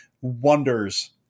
wonders